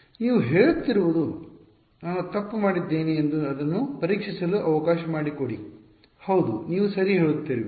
ನೀವು ಹೇಳುತ್ತಿರುವುದು ನಾನು ತಪ್ಪು ಮಾಡಿದ್ದೇನೆ ಎಂದು ಅದನ್ನು ಪರೀಕ್ಷಿಸಲು ಅವಕಾಶ ಮಾಡಿಕೊಡಿ ಹೌದು ನೀವು ಸರಿ ಹೇಳುತ್ತಿರುವಿರಿ